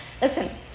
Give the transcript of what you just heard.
listen